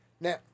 Now